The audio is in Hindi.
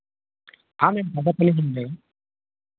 हाँ मैम मिलेगा